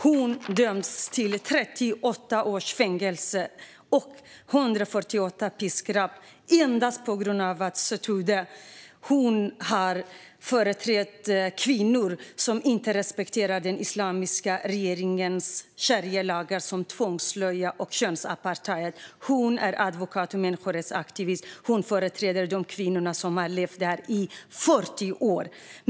Hon döms till 148 piskrapp och 38 års fängelse endast på grund av att hon företrätt kvinnor som inte respekterar den islamiska regeringens sharialagar, till exempel om tvångsslöja och könsapartheid. Nasrin Sotoudeh är advokat och människorättsaktivist och företräder kvinnor som har levt där i 40 år.